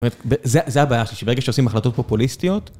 ב... ב... זה הבעיה שלי. ברגע שעושים החלטות פופוליסטיות...